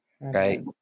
Right